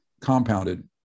compounded